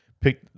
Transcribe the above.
pick